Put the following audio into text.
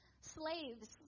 Slaves